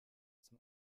zum